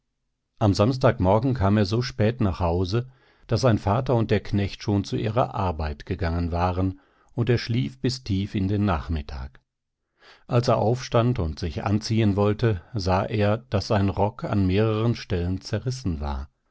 am samstag morgen kam er so spät nach hause daß sein vater und der knecht schon zu ihrer arbeit gegangen waren und er schlief bis tief in den nachmittag als er aufstand und sich anziehen wollte sah er daß sein rock an mehreren stellen zerrissen war